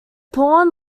pawn